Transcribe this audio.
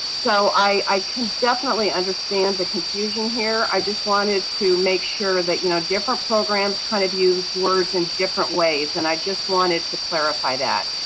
so i. i can definitely understand the confusion here. i just wanted to make sure that, you know, different programs kind of use words in different ways. and i just wanted to clarify that.